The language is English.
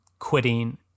quitting